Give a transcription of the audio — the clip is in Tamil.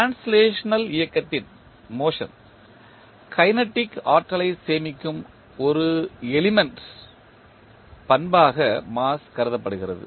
டிரான்ஸ்லேஷனல் இயக்கத்தின் கைனட்டிக் ஆற்றலை சேமிக்கும் ஒரு தனிமத்தின் பண்பாக மாஸ் கருதப்படுகிறது